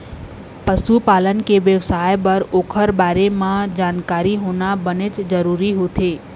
पशु पालन के बेवसाय बर ओखर बारे म जानकारी होना बनेच जरूरी होथे